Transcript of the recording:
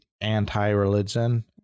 anti-religion